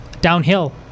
downhill